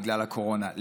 בגלל הקורונה,